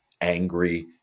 angry